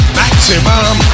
maximum